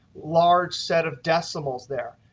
large set of decimals there.